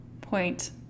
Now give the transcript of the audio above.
point